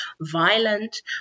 violent